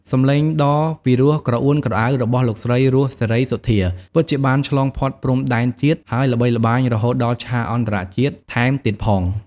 សំឡេងដ៏ពីរោះក្រអួនក្រអៅរបស់លោកស្រី រស់ សេរីសុទ្ធា ពិតជាបានឆ្លងផុតព្រំដែនជាតិ ហើយល្បីល្បាញរហូតដល់ ឆាកអន្តរជាតិ ថែមទៀតផង។